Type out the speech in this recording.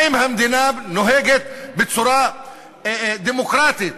האם המדינה נוהגת בצורה דמוקרטית